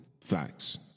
Facts